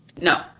No